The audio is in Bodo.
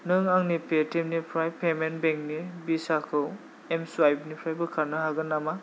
नों आंनि पेटिएमनिफ्राय पेमेन्टस बेंकनि भिजाखौ एमस्वाइपनिफ्राय बोखारनो हागोन नामा